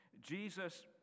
Jesus